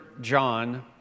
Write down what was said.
John